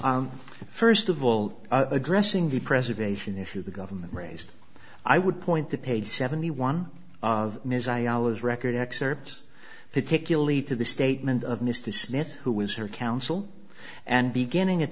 saying first of all addressing the preservation issue the government raised i would point the paid seventy one of ms i allas record excerpts particularly to the statement of mr smith who was her counsel and beginning at